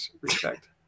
respect